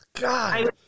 God